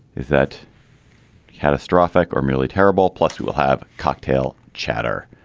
is that catastrophic or merely terrible plus we will have cocktail chatter